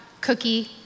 cookie